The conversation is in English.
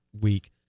week